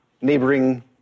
neighboring